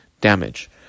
damage